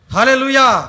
Hallelujah